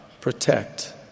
protect